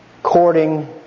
Courting